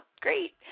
great